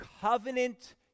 covenant